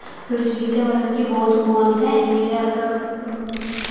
future गित्तै बहुत goals हैन जेह्ड़े अस